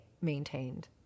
maintained